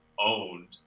owned